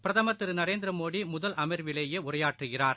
பிரதம் திருநரேந்திரமோடிமுதல் அமர்விலேயேஉரையாற்றுகிறார்